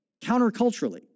counterculturally